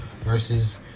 versus